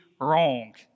wrong